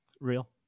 Real